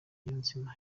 niyonzima